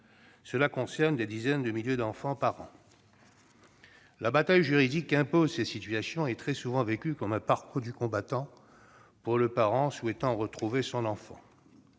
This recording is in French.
Ce fait concerne des dizaines de milliers d'enfants par an. La bataille juridique qu'imposent ces situations est très souvent vécue comme un parcours du combattant pour le parent souhaitant retrouver son enfant.